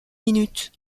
minutes